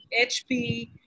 HP